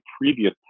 previous